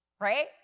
right